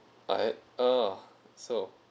tired uh so